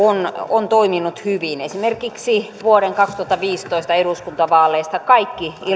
on toiminut hyvin esimerkiksi vuoden kaksituhattaviisitoista eduskuntavaaleista kaikki